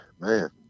man